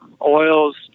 oils